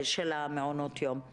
של מעונות היום.